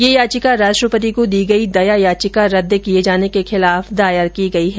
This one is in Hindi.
यह याचिका राष्ट्रपति को दी गई दया याचिका रद्द किये जाने के खिलाफ दायर की गई है